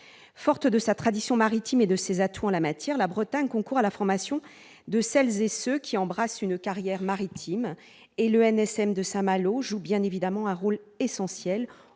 Forte de sa tradition maritime et de ses atouts en la matière, la Bretagne concourt à la formation de celles et ceux qui embrassent une carrière maritime. À cet égard, l'ENSM de Saint-Malo joue bien évidemment un rôle essentiel,